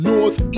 North